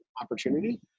opportunity